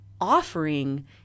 offering